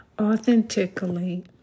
authentically